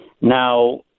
Now